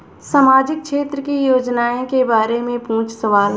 सामाजिक क्षेत्र की योजनाए के बारे में पूछ सवाल?